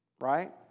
Right